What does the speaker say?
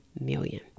million